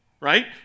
right